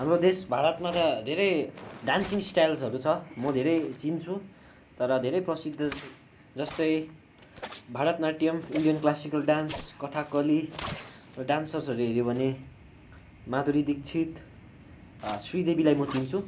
हाम्रो देश भारतमा त धेरै डान्सिङ स्टारहरू छ म धेरै चिन्छु तर धेरै प्रसिद्ध जस्तै Bharatanatyam Indian classical dance Kathakali डान्सर्सहरू हेऱ्यौँ भने माधुरी दीक्षित श्रीदेवीलाई म चिन्छु